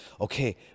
Okay